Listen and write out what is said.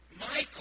Michael